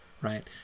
right